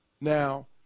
Now